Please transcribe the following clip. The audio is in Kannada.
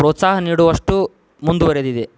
ಪ್ರೋತ್ಸಾಹ ನೀಡುವಷ್ಟು ಮುಂದುವರೆದಿದೆ